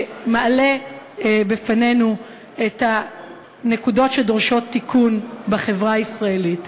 שמעלה בפנינו את הנקודות שדורשות תיקון בחברה הישראלית,